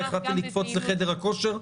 החלטתי לקפוץ לחדר הכושר.